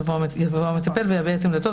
יבוא המטפל ויביע את עמדתו.